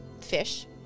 fish